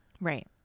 Right